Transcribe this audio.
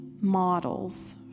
models